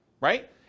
right